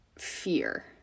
fear